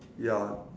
ya